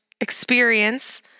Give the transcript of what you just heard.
experience